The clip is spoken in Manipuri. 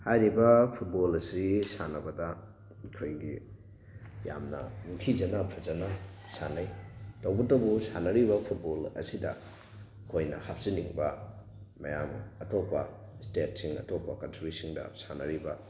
ꯍꯥꯏꯔꯤꯕ ꯐꯨꯠꯕꯣꯜ ꯑꯁꯤ ꯁꯥꯟꯅꯕꯗ ꯑꯩꯈꯣꯏꯒꯤ ꯌꯥꯝꯅ ꯅꯤꯡꯊꯤꯖꯅ ꯐꯖꯅ ꯁꯥꯟꯅꯩ ꯇꯧꯕꯇꯕꯨ ꯁꯥꯟꯅꯔꯤꯕ ꯐꯨꯠꯕꯣꯜ ꯑꯁꯤꯗ ꯑꯩꯈꯣꯏꯅ ꯍꯥꯞꯆꯟꯅꯤꯡꯕ ꯃꯌꯥꯝ ꯑꯇꯣꯞꯄ ꯏꯁꯇꯦꯠꯁꯤꯡ ꯑꯇꯣꯞꯞ ꯀꯟꯇ꯭ꯔꯤꯁꯤꯡꯗ ꯁꯥꯟꯅꯔꯤꯕ